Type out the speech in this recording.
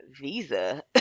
Visa